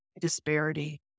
disparity